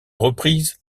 reprise